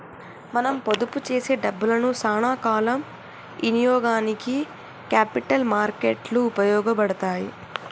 మనం పొదుపు చేసే డబ్బులను సానా కాల ఇనియోగానికి క్యాపిటల్ మార్కెట్ లు ఉపయోగపడతాయి